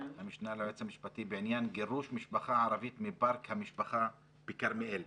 המשנה ליועץ המשפטי בעניין גירוש משפחה ערבית מפארק המשפחה בכרמיאל,